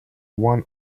one